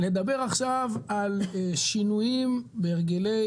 לדבר עכשיו על שינויים בהרגלי